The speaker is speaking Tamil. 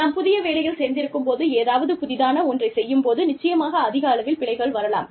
நாம் புதிய வேலையில் சேர்ந்திருக்கும் போது ஏதாவது புதிதான ஒன்றைச் செய்யும் போது நிச்சயமாக அதிக அளவில் பிழைகள் வரலாம்